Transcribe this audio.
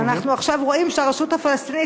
ואנחנו עכשיו רואים שהרשות הפלסטינית,